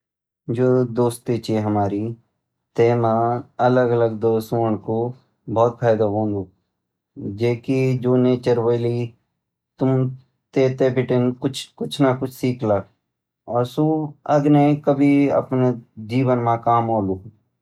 जु दोस्ती छ हमारी तै मा अलग अलग दोस्त होणा कु बहुत फायदा होंदु जै की जु नेचर होली तुम तै थैं बटिन कुछ न कुछ सीखला और सु अगने कभी अपने जीवन मा काम औलु।